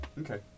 Okay